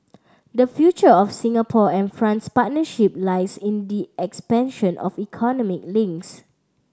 the future of Singapore and France partnership lies in the expansion of economic links